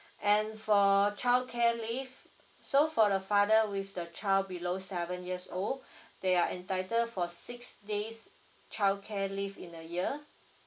and for childcare leave so for the father with the child below seven years old they are entitled for six days childcare leave in a year